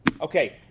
Okay